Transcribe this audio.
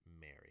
Mary